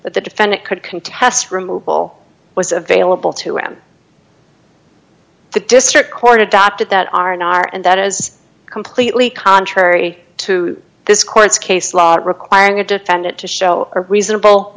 the defendant could contest removal was available to em the district court adopted that are not are and that is completely contrary to this court's case law requiring a defendant to show a reasonable